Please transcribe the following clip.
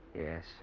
Yes